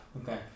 Okay